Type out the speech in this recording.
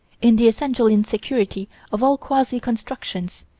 in the essential insecurity of all quasi-constructions,